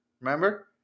remember